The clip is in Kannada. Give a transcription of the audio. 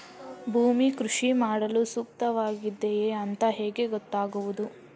ಭೂಮಿ ಕೃಷಿ ಮಾಡಲು ಸೂಕ್ತವಾಗಿದೆಯಾ ಅಂತ ಹೇಗೆ ಗೊತ್ತಾಗುತ್ತದೆ?